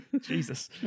Jesus